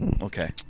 Okay